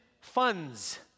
funds